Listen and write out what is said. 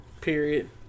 Period